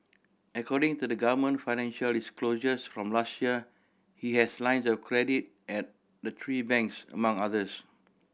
according to government financial disclosures from last year he has lines of credit at the three banks among others